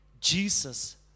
Jesus